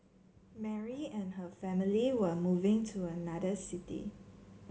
Mary and her family were moving to another city